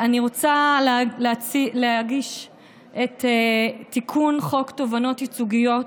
אני רוצה להגיש את תיקון לחוק תובענות ייצוגיות,